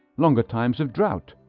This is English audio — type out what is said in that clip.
longer times of drought,